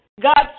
God